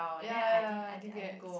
ya ya D_B_X